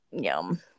yum